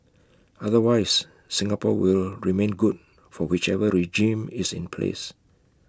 otherwise Singapore will remain good for whichever regime is in place